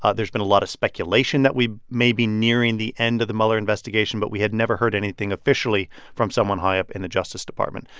ah there's been a lot of speculation that we may be nearing the end of the mueller investigation, but we had never heard anything officially from someone high up in the justice department.